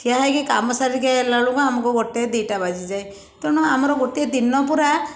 ଠିଆ ହେଇକି କାମ ସାରିକି ଆସିଲା ବେଳକୁ ଆମକୁ ଗୋଟେ ଦୁଇଟା ବାଜିଯାଏ ତେଣୁ ଆମର ଗୋଟିଏ ଦିନ ପୁରା